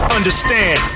Understand